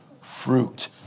fruit